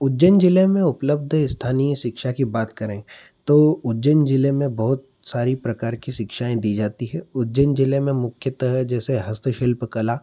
उज्जैन जिले में उपलब्ध स्थानीय शिक्षा की बात करें तो उज्जैन जिले में बहुत सारी प्रकार की शिक्षाएँ दी जाती हैं उज्जैन जिले में मुख्यत जैसे हस्तशिल्प कला